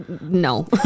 No